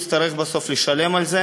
מישהו יצטרך בסוף לשלם על זה